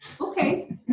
Okay